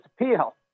appeal